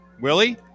Willie